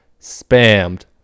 spammed